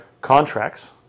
contracts